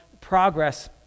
progress